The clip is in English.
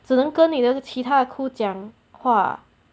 只能跟你那个其他 crew 讲话